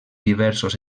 diversos